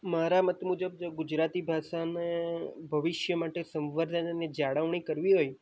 મારા મત મુજબ ગુજરાતી ભાષાને ભવિષ્ય માટે સંવર્ધન અને જાળવણી કરવી હોય